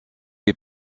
est